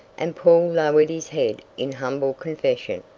and paul lowered his head in humble confession.